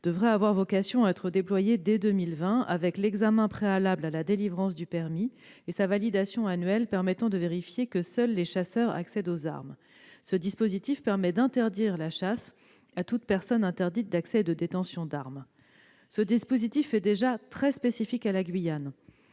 devrait avoir vocation à être déployé dès 2020, avec l'examen préalable à la délivrance du permis et sa validation annuelle, de manière à vérifier que seuls les chasseurs accèdent aux armes. Ce dispositif permet d'interdire la chasse à toute personne interdite d'accès et de détention d'arme. Il est déjà tout à fait spécifique à la Guyane.